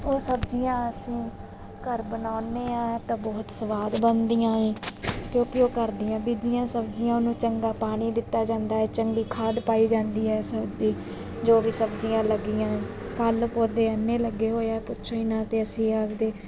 ਉਹ ਸਬਜ਼ੀਆਂ ਅਸੀਂ ਘਰ ਬਣਾਉਂਦੇ ਹਾਂ ਤਾਂ ਬਹੁਤ ਸਵਾਦ ਬਣਦੀਆਂ ਏ ਕਿਉਂਕਿ ਉਹ ਘਰ ਦੀਆਂ ਬੀਜੀਆਂ ਸਬਜ਼ੀਆਂ ਉਹਨੂੰ ਚੰਗਾ ਪਾਣੀ ਦਿੱਤਾ ਜਾਂਦਾ ਏ ਚੰਗੀ ਖਾਦ ਪਾਈ ਜਾਂਦੀ ਹੈ ਜੋ ਵੀ ਸਬਜ਼ੀਆਂ ਲੱਗੀਆਂ ਫਲ ਪੌਦੇ ਇੰਨੇ ਲੱਗੇ ਹੋਏ ਆ ਪੁੱਛੋ ਹੀ ਨਾ ਅਤੇ ਅਸੀਂ ਆਪਦੇ